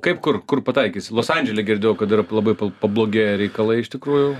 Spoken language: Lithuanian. kaip kur kur pataikysi los andžele girdėjau kad yra labai pablogėję reikalai iš tikrųjų